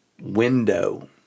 window